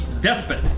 despot